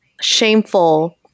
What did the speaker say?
shameful